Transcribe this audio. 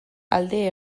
alde